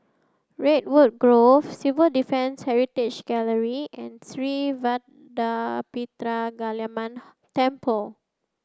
redwood Grove Civil Defence Heritage Gallery and Sri Vadapathira Kaliamman Temple